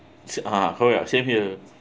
ah her ya same here